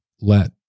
Let